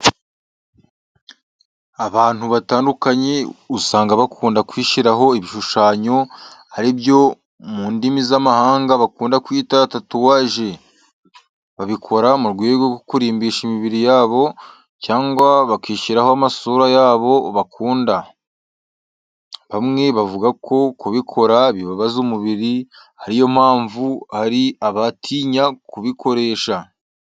Abantu batandukanye usanga bakunda kwishyiraho ibishushanyo ari byo mu ndimi z'amahanga bakunda kwita tatuwaje. Babikora mu rwego rwo kurimbisha imibiri yabo cyangwa bakishyiraho amasura y'abo bakunda. Bamwe bavuga ko kubikora bibabaza umubiri ariyo mpamvu hari abatinya kubikoresha.